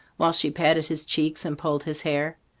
while she patted his cheeks and pulled his hair.